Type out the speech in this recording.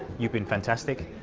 you've been fantastic.